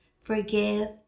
forgive